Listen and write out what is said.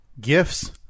gifts